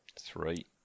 Three